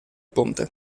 ponte